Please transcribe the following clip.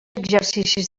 exercicis